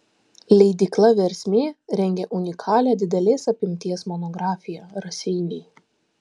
leidykla versmė rengia unikalią didelės apimties monografiją raseiniai